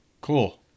cool